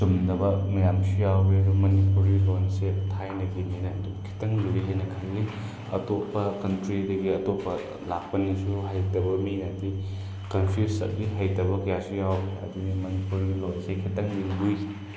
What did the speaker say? ꯆꯨꯝꯗꯕ ꯃꯌꯥꯝꯁꯨ ꯌꯥꯎꯏ ꯑꯗꯣ ꯃꯅꯤꯄꯨꯔꯤ ꯂꯣꯟꯁꯦ ꯊꯥꯏꯅꯒꯤꯅꯤꯅ ꯈꯤꯇꯪ ꯂꯨꯏꯑꯦꯅ ꯈꯜꯂꯤ ꯑꯇꯣꯞꯄ ꯀꯟꯇ꯭ꯔꯤꯗꯒꯤ ꯑꯇꯣꯞꯄ ꯂꯥꯛꯄꯅꯁꯨ ꯍꯩꯇꯕ ꯃꯤꯅꯗꯤ ꯍꯩꯇꯕ ꯀꯌꯥꯁꯨ ꯌꯥꯎꯏ ꯑꯗꯨꯅ ꯃꯅꯤꯄꯨꯔꯤ ꯂꯣꯜꯁꯤ ꯈꯤꯇꯪꯗꯤ ꯂꯨꯏ